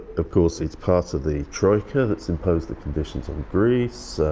of course it's part of the troika. that's imposed the conditions on greece,